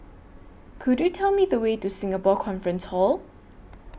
Could YOU Tell Me The Way to Singapore Conference Hall